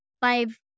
five